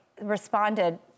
responded